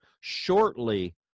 shortly